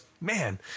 man